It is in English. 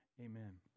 Amen